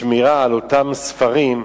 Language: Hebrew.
וכמה שמירה על אותם ספרים,